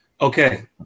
Okay